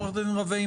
עורכת הדין רווה,